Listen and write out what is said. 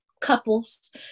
Couples